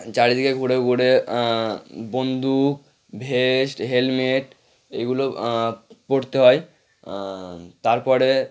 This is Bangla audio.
চারিদিকে ঘুরে ঘুরে বন্দুক ভেস্ট হেলমেট এগুলো পরতে হয় তারপরে